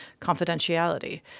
confidentiality